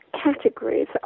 categories